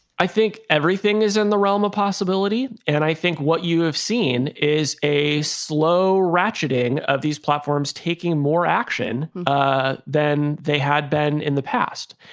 i think everything is in the realm of possibility. and i think what you have seen is a slow ratcheting of these platforms taking more action ah than they had been in the past.